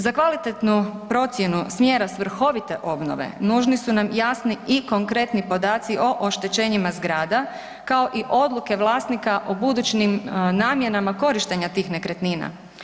Za kvalitetnu procjenu smjera svrhovite obnove nužni su nam jasni i konkretni podaci o oštećenjima zgrada, kao i odluke vlasnika o budućim namjenama korištenja tih nekretnina.